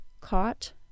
caught